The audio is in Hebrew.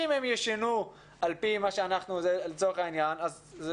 אם הן ישונו על פי מה שאנחנו מבקשים אז זה